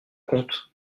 compte